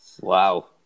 Wow